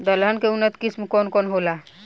दलहन के उन्नत किस्म कौन कौनहोला?